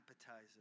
appetizer